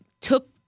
took